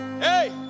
Hey